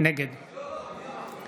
נגד לא, לא.